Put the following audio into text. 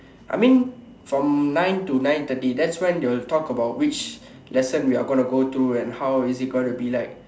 I mean from nine to nine thirty that's when they will talk about which lesson we are going to go through and how is it going to be like